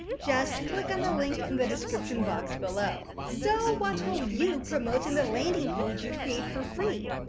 just click on the link in the description box below. so what will you promote in the landing page you create for free?